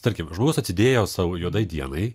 tarkim žmogus atsidėjo savo juodai dienai